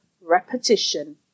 repetition